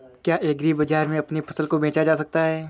क्या एग्रीबाजार में अपनी फसल को बेचा जा सकता है?